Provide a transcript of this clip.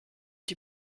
die